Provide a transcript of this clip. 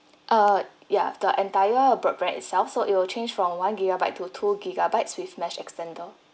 err ya the entire broadband itself so it will change from one gigabyte to two gigabytes with mesh extender